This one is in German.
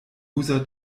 user